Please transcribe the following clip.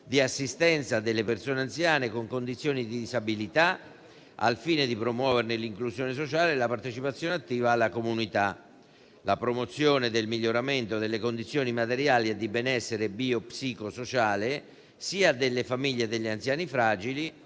di assistenza delle persone anziane con condizioni di disabilità, al fine di promuovere nell'inclusione sociale la partecipazione attiva alla comunità; la promozione del miglioramento delle condizioni materiali e di benessere bio-psico-sociale sia delle famiglie degli anziani fragili